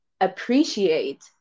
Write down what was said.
appreciate